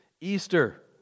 Easter